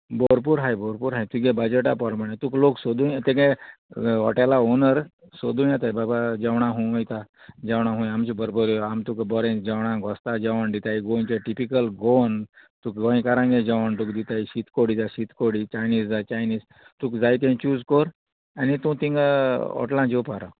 भरपूर आहाय भरपूर आहाय तुगे बजटा परमाणे तुका लोक सोदू तेंगे हॉटेला ओनर सोदू येताय बाबा जेवणा हूंय वयता जेवणां हूंय आमचे बरोबर आम तुका बरें जेवणां घोस्तां जेवण दिताय गोंयचे टिपिकल गोवन तुका गोंयकारांके जेवण तुका दिताय शीतकोडी जाय शीत कोडी चायनीजा चायनीज तुका जाय ते चूज कोर आनी तूं तिंगा हॉटलान जेवपा राव